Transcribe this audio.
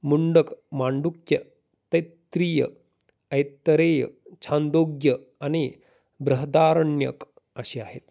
मुंडक मांडुक्य तैत्रीय ऐतरेय छंदोग्य आणि ब्रहदारण्यक असे आहेत